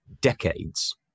decades